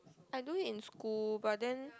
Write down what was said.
I do it in school but then